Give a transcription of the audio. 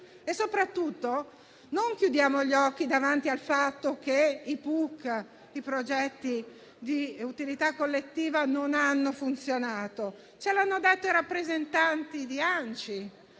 Soprattutto non chiudiamo gli occhi davanti al fatto che i progetti di utilità collettiva (PUC) non hanno funzionato, come ci hanno riferito i rappresentanti di ANCI.